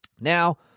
Now